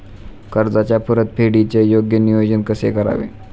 कर्जाच्या परतफेडीचे योग्य नियोजन कसे करावे?